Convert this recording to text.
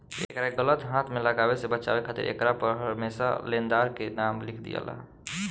एकरा के गलत हाथ में लागे से बचावे खातिर एकरा पर हरमेशा लेनदार के नाम लिख दियाला